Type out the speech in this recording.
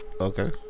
Okay